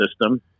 system